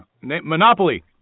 Monopoly